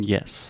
Yes